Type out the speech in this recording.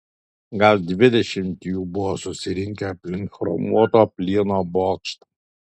gal dvidešimt jų buvo susirinkę aplink chromuoto plieno bokštą